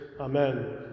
Amen